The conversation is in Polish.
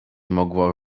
mogło